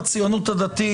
בציונות הדתית,